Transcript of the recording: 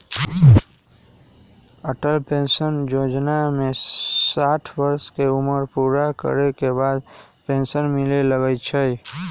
Atal pension जोजना में साठ वर्ष के उमर पूरा करे के बाद पेन्सन मिले लगैए छइ